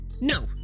No